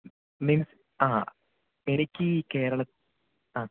means ആ എനിക്ക് കേരള ആ